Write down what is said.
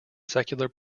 secular